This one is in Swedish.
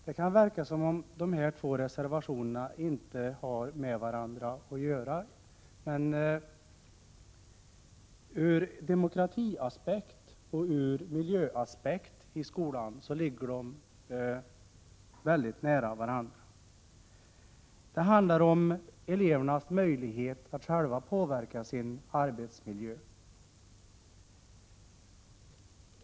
Det kan verka som om dessa två reservationer inte har med varandra att göra, men ur demokratiaspekt och miljöaspekt i skolan ligger de mycket nära varandra. Det handlar om elevernas möjlighet att själva påverka sin arbetsmiljö.